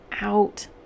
out